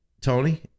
Tony